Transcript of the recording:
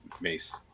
Mace